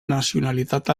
nacionalitat